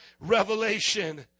revelation